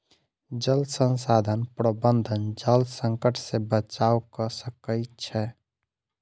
जल संसाधन प्रबंधन जल संकट से बचाव कअ सकै छै